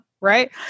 right